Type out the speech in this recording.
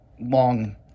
long